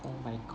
oh my go~